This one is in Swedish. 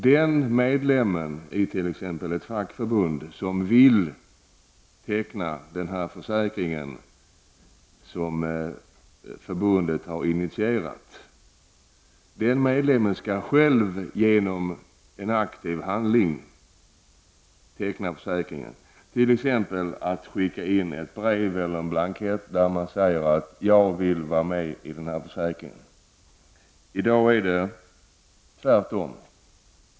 Den medlem i t.ex. ett fackförbund som vill teckna den här försäkringen som förbundet har initierat skall själv genom en aktiv handling teckna försäkringen, t.ex. genom att skicka in ett brev eller en blankett där medlemmen anger att han eller hon vill teckna sig för denna försäkring. I dag är det tvärtom.